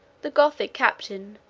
the gothic captain,